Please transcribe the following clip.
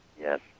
Yes